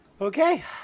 Okay